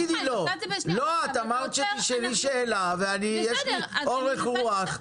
אמרת שתשאלי שאלה ויש לי אורך-רוח.